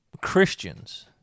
christians